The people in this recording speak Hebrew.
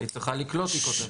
היא צריכה לקלוט, היא כותבת.